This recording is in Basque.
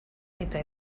eta